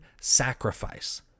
sacrifice